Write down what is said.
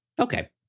okay